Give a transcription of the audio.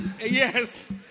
Yes